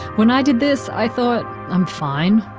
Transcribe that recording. when i did this i thought, i'm fine.